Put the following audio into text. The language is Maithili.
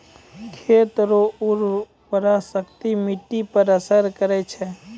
खेत रो उर्वराशक्ति मिट्टी पर असर करै छै